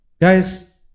guys